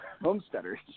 homesteaders